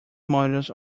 models